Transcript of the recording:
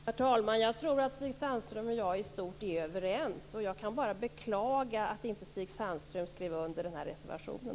Herr talman! Jag tror att Stig Sandström och jag är överens i stort, och jag kan bara beklaga att han inte också skrev under reservationen.